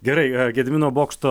gerai gedimino bokšto